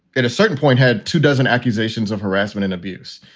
at a certain point had two dozen accusations of harassment and abuse.